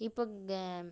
இப்போ க